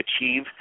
achieve